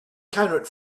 cannot